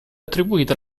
attribuita